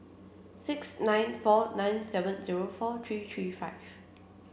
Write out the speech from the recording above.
six nine four nine seven zero four three three five